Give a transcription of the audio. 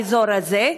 באזור הזה,